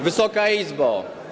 Wysoka Izbo!